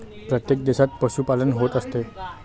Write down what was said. प्रत्येक देशात पशुपालन होत असते